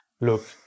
look